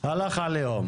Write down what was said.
הלך עלינו.